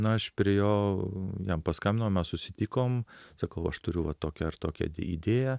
na aš prie jo jam paskambinom mes susitikom sakau aš turiu va tokią ar tokią idėją